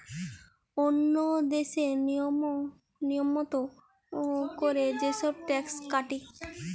ওন্য দেশে লিয়ম মত কোরে যে সব ট্যাক্স কাটে